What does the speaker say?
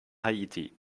haiti